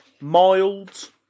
Mild